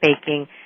baking